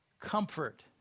comfort